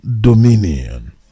Dominion